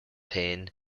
payne